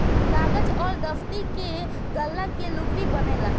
कागज अउर दफ़्ती के गाला के लुगरी बनेला